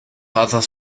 others